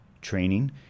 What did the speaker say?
training